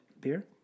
beer